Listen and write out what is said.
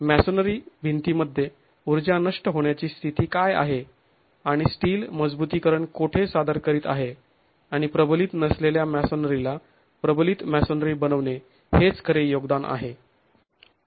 masonry भिंतीमध्ये ऊर्जा नष्ट होण्याची स्थिती काय आहे आणि स्टील मजबुतीकरण कोठे सादर करीत आहे आणि प्रबणलीत नसलेल्या मॅसोनरीला प्रबलित मॅसोनरी बनविणे हेच खरे योगदान आहे